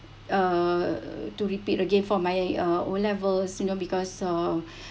uh to repeat again for my uh O levels you know because of